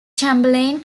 chamberlain